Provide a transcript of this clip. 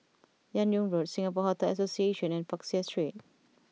Fan Yoong Road Singapore Hotel Association and Peck Seah Street